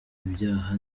ibyaha